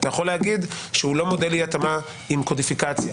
אתה יכול להגיד שהוא לא מודל אי התאמה עם קודיפיקציה,